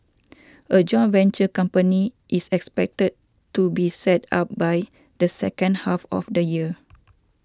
a joint venture company is expected to be set up by the second half of the year